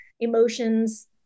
emotions